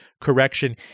correction